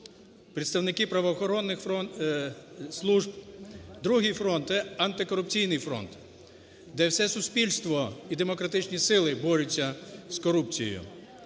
представники правоохоронних служб. Другий фронт – це антикорупційний фронт, де все суспільство і демократичні сили борються з корупцією.